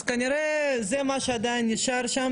אז כנראה זה מה שעדיין נשאר שם,